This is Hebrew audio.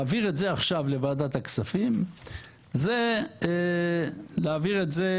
להעביר את זה עכשיו לוועדת הכספים זה להעביר את זה